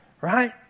right